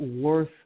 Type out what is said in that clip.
worth